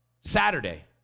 Saturday